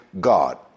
God